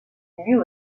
lui